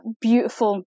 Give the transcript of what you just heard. beautiful